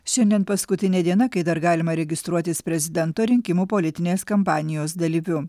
šiandien paskutinė diena kai dar galima registruotis prezidento rinkimų politinės kampanijos dalyviu